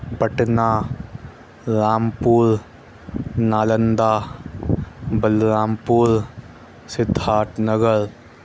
Patna Rampur Nalanda Balrampur Siddharth Nagar